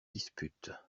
dispute